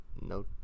No